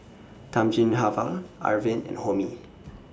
Thamizhavel Arvind and Homi